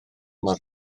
mor